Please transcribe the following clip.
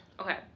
okay